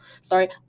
sorry